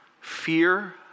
Fear